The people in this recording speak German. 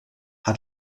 hat